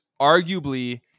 arguably